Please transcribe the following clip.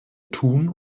tun